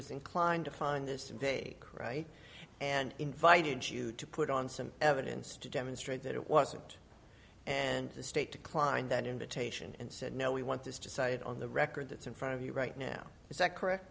was inclined to find this right and invited you to put on some evidence to demonstrate that it wasn't and the state klein that invitation and said no we want this decided on the record that's in front of you right now is that correct